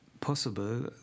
possible